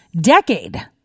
decade